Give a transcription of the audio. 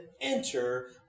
enter